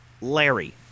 Larry